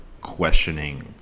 questioning